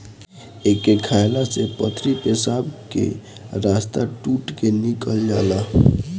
एके खाएला से पथरी पेशाब के रस्ता टूट के निकल जाला